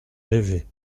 rêvé